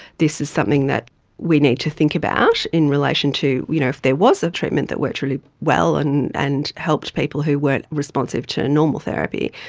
this is something that we need to think about in relation to, you know, if there was a treatment that worked really well and and helped people who weren't responsive to normal therapy,